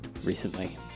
Recently